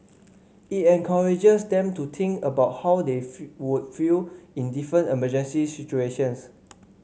it encourages them to think about how they would feel in different emergency situations